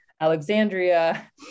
Alexandria